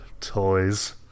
toys